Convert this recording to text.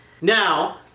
Now